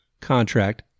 contract